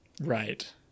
Right